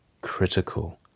critical